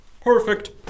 Perfect